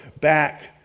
back